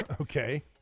Okay